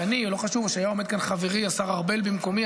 אני או שהיה עומד כאן חברי השר ארבל במקומי,